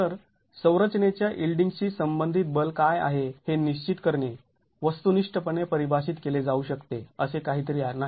तर संरचनेच्या यिल्डींगशी संबंधित बल काय आहे हे निश्चित करणे वस्तुनिष्ठपणे परिभाषित केले जाऊ शकते असे काहीतरी नाही